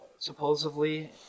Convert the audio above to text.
Supposedly